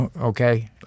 Okay